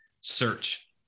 search